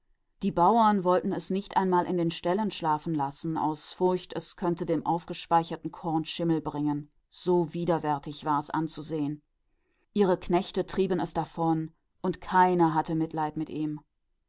die bauern wollten es nicht einmal in den ställen schlafen lassen aus furcht es konnte den mehltau auf das gespeicherte korn bringen so furchtbar war es anzusehen und ihre tagelöhner jagten es davon und niemand hatte mitleid mit ihm